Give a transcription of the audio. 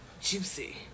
juicy